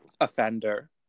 offender